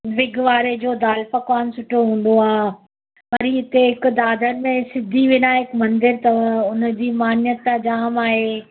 wig वारे जो दाल पकवान सुठो हूंदो आहे वरी हिते हिकु दादर में सिद्धी विनायक मंदिर अथव उनजी मान्यता जामु आहे